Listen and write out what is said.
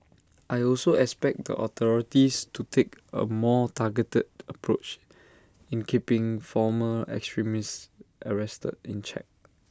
I also expect the authorities to take A more targeted approach in keeping former extremists arrested in check